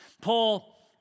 Paul